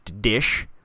dish